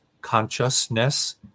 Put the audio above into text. consciousness